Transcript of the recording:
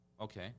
Okay